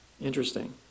Interesting